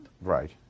right